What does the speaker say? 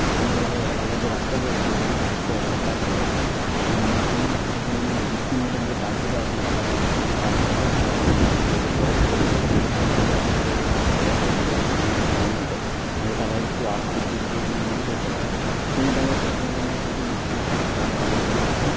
স্থানীয় যে এলাকার যে রাস্তা করেছে সেগুলি যেন ঠিক করে দেয় তারপরে এখানে নানা ধরনের কিছু পরিমাণে বৃত্তিমূলক যে কাজগুলি আসে অর্থাৎ একশো দিনের কাজ হতে পারে বা কোনো একটি বড় প্রজেক্ট হতে পারে যেটা সরকারি তরফ থেকে দেওয়া হয় প্রতিটা স্থানীয় এলাকার মানুষদের যাতে তারা একটু আর্থিক দিক দিয়ে একটু উন্নতি করতে পারে সেই ব্যবস্থাগুলি যেন প্রতি মাসে মাসে যেন তার দিতে থাকে